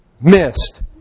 missed